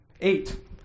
Eight